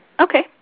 Okay